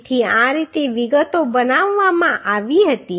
તેથી આ રીતે વિગતો બનાવવામાં આવી હતી